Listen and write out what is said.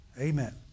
Amen